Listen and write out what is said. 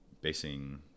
basing